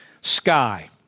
sky